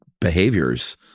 behaviors